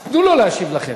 אז תנו לו להשיב לכם.